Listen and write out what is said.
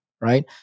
right